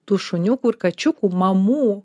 tų šuniukų ir kačiukų mamų